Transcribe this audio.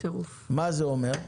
מה זה אומר?